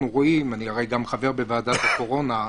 אני גם חבר בוועדת הקורונה.